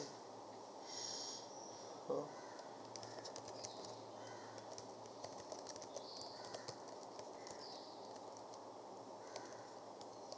mm